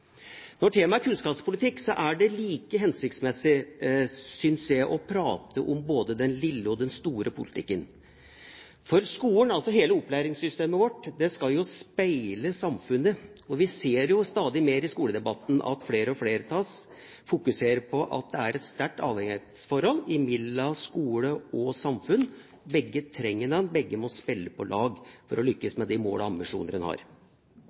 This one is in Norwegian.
Når temaet er kunnskapspolitikk, er det like hensiktsmessig, synes jeg, å prate om både den lille og den store politikken, for skolen – altså hele opplæringssystemet vårt – skal jo speile samfunnet. Vi ser stadig mer i skoledebatten at flere og flere av oss fokuserer på at det er et sterkt avhengighetsforhold mellom skole og samfunn. Begge trenger hverandre, og begge må spille på lag for å lykkes med de mål og ambisjoner en har.